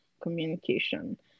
communication